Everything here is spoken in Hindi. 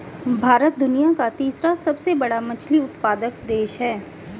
भारत दुनिया का तीसरा सबसे बड़ा मछली उत्पादक देश है